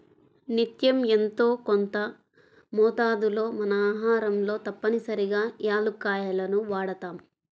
నిత్యం యెంతో కొంత మోతాదులో మన ఆహారంలో తప్పనిసరిగా యాలుక్కాయాలను వాడతాం